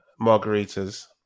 margaritas